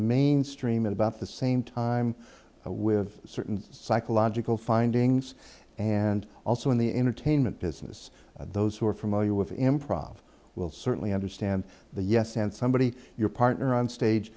mainstream in about the same time with certain psychological findings and also in the entertainment business those who are familiar with improv will certainly understand the yes and somebody your partner on stage